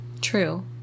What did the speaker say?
True